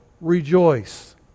rejoice